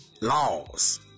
laws